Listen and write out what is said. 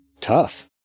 tough